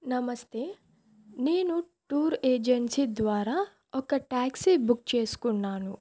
నమస్తే నేను tour agency ద్వారా ఒక ట్యాక్సీ బుక్ చేసుకున్నాను